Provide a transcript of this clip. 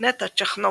נטע צ'חנובסקי,